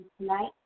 tonight